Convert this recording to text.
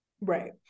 Right